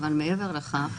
אבל מעבר לכך,